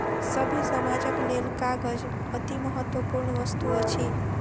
सभ्य समाजक लेल कागज अतिमहत्वपूर्ण वस्तु अछि